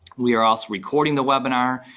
we're also recording the webinar.